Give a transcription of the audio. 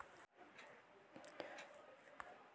कोनच्या कोंबडीचं आंडे मायासाठी बेस राहीन?